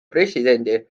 presidendi